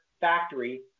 factory